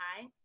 hi